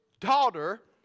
Daughter